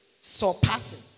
surpassing